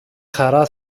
χαρά